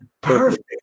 perfect